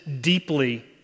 deeply